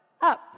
up